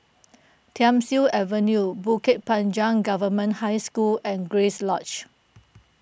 Thiam Siew Avenue Bukit Panjang Government High School and Grace Lodge